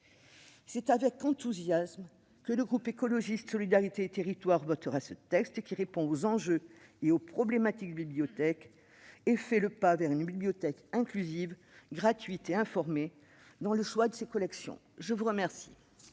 C'est avec enthousiasme que le groupe Écologiste-Solidarité et Territoires votera ce texte, qui répond aux enjeux et aux problématiques des bibliothèques et fait un pas vers une bibliothèque inclusive, gratuite et informée dans le choix de ses collections. La parole